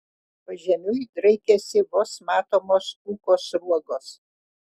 pažemiui draikėsi vos matomos ūko sruogos